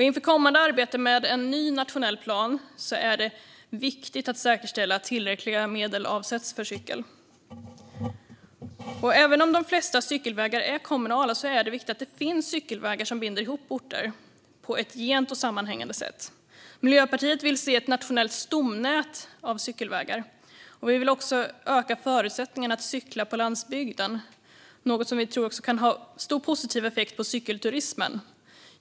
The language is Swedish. Inför kommande arbete med en ny nationell plan är det viktigt att säkerställa att tillräckliga medel avsätts för cykel. Även om de flesta cykelvägar är kommunala är det viktigt att det finns cykelvägar som binder ihop orter på ett gent och sammanhängande sätt. Miljöpartiet vill se ett nationellt stomnät av cykelvägar. Vi vill också öka förutsättningarna att cykla på landsbygden, något som vi tror kan få stor positiv effekt på cykelturismen.